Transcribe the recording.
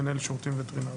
מנהל השירותים הווטרינריים.